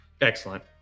Excellent